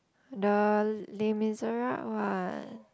the Les Miserables what